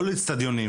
לא לאצטדיונים.